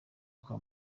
kwa